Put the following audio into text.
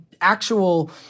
actual